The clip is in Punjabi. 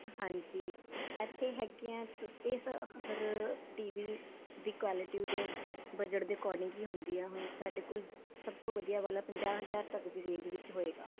ਹਾਂਜੀ ਇੱਥੇ ਹੈਗੇ ਆ ਹਰ ਟੀ ਵੀ ਦੀ ਕੁਆਲਿਟੀ ਦੇ ਬਜਟ ਦੇ ਅਕੋਡਿੰਗ ਹੀ ਹੁੰਦੀ ਆ ਹੁਣ ਸਾਡੇ ਕੋਲ ਸਭ ਤੋਂ ਵਧੀਆ ਵਾਲਾ ਪੰਜਾਹ ਹਜ਼ਾਰ ਤੱਕ ਦੀ ਰੇਂਜ ਵਿੱਚ ਹੋਏਗਾ